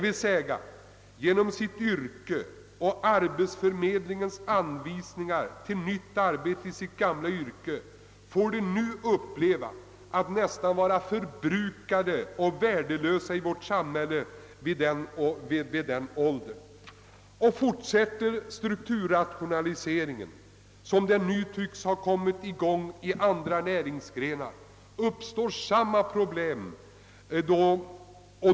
Efter arbetsförmedlingens anvisningar till nytt arbete i sitt gamla yrke får de nu uppleva att nästan vara förbrukade och värdelösa i vårt samhälle vid den åldern. Fortsätter strukturrationaliseringen så som den nu tycks ha kommit i gång i andra näringsgrenar uppstår samma problem.